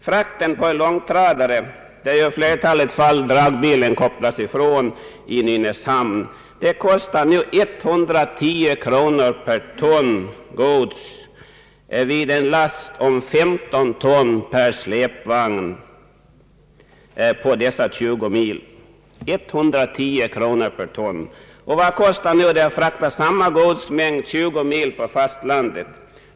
Frakten på en långtradare, där i flertalet fall dragbilen kopplats bort i Nynäshamn, kostar nu 110 kronor per ton gods vid en last av 15 ton per släpvagn för dessa 20 mil. 110 kronor per ton! Vad kostar det nu att frakta samma godsmängd 20 mil på fastlandet?